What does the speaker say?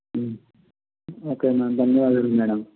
okay madam ధన్యవాదాలు madam